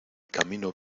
camino